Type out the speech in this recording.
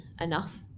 enough